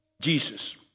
Jesus